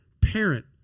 parent